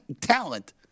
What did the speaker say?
talent